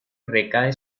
recae